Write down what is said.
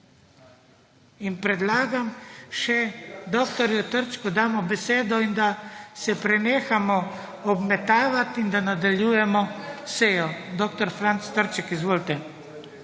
In predlagam… Še dr. Trčku damo besedo in da se prenehamo obmetavati in da nadaljujemo sejo. Dr. Franc Trček, izvolite.